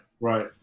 Right